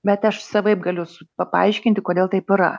bet aš savaip galiu su pa paaiškinti kodėl taip yra